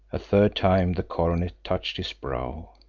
a third time the coronet touched his brow.